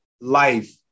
life